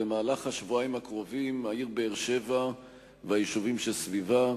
במהלך השבועיים הקרובים העיר באר-שבע והיישובים סביבה,